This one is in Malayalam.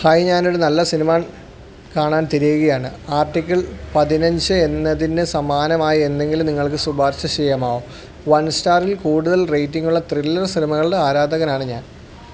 ഹായ് ഞാനൊരു നല്ല സിനിമ കാണാൻ തിരയുകയാണ് ആർട്ടിക്കിൾ പതിനഞ്ച് എന്നതിനു സമാനമായ എന്തെങ്കിലും നിങ്ങൾക്ക് ശുപാർശ ചെയ്യാമോ വൺ സ്റ്റാറിൽ കൂടുതൽ റേറ്റിങ്ങുള്ള ത്രില്ലർ സിനിമകളുടെ ആരാധകനാണ് ഞാൻ